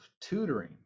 tutoring